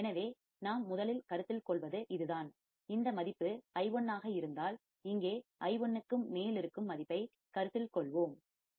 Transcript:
எனவே நாம் முதலில் கருத்தில் கொள்வது இதுதான் இந்த மதிப்பு i1 ஆக இருந்தால் இங்கே i1 க்கும் மேல் இருக்கும் மதிப்பைக் கருத்தில் கொள்வோம்